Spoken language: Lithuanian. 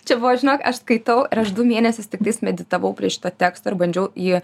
čia buvo žinok aš skaitau ir aš du mėnesius tiktais meditavau prie šito teksto ir bandžiau jį